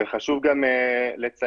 וחשוב גם לציין,